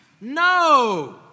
No